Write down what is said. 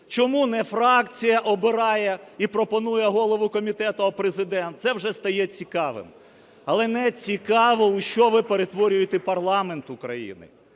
чому не фракція обирає і пропонує голову комітету, а Президент? Це вже стає цікавим. Але нецікаво у що ви перетворюєте парламент України.